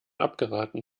abgeraten